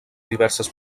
diverses